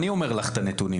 אני אומר לך את הנתונים.